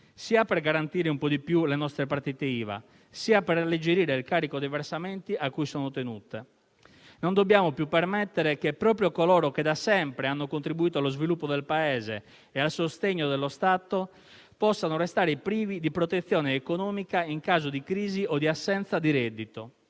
sia per garantire un po' di più le nostre partite IVA, sia per alleggerire il carico dei versamenti a cui sono tenute. Non dobbiamo più permettere che proprio coloro che da sempre hanno contribuito allo sviluppo del Paese e al sostegno dello Stato possano restare privi di protezione economica in caso di crisi o di assenza di reddito.